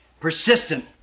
persistent